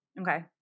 Okay